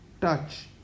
touch